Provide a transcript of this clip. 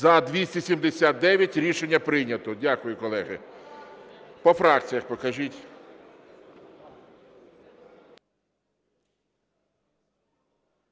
За-279 Рішення прийнято. Дякую, колеги. По фракціях покажіть.